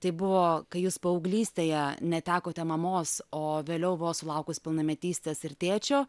tai buvo kai jūs paauglystėje netekote mamos o vėliau vos sulaukus pilnametystės ir tėčio